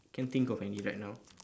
can't think of any right now